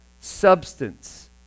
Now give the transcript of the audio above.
substance